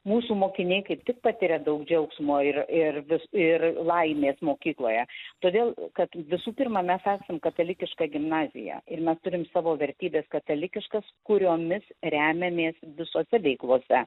mūsų mokiniai kaip tik patiria daug džiaugsmo ir ir vis ir laimės mokykloje todėl kad visų pirma mes esam katalikiška gimnazija ir mes turim savo vertybes katalikiškas kuriomis remiamės visose veiklose